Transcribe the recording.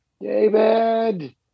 David